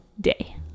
day